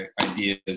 ideas